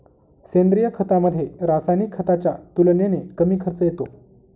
सेंद्रिय खतामध्ये, रासायनिक खताच्या तुलनेने कमी खर्च येतो